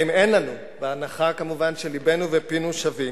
האם אין לנו, בהנחה, כמובן, שלבנו ופינו שווים,